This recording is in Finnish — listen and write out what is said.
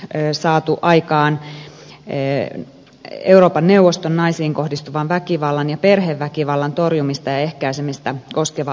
on saatu aikaan euroopan neuvoston naisiin kohdistuvan väkivallan ja perheväkivallan torjumista ja ehkäisemistä koskeva yleissopimus